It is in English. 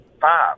five